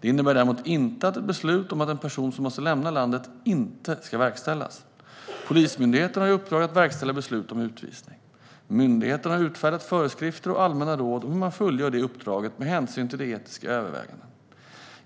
Det innebär däremot inte att ett beslut om att en person måste lämna landet inte ska verkställas. Polismyndigheten har i uppdrag att verkställa beslut om utvisning. Myndigheten har utfärdat föreskrifter och allmänna råd om hur man fullgör det uppdraget med hänsyn till etiska överväganden.